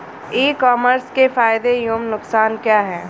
ई commerce के फायदे एवं नुकसान क्या हैं?